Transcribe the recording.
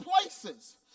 places